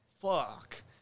Fuck